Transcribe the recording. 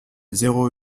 zéro